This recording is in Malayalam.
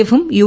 എഫും യു